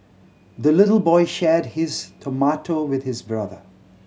the little boy shared his tomato with his brother